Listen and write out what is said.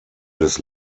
des